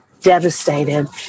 devastated